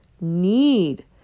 need